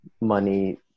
money